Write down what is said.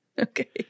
Okay